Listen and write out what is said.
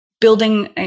building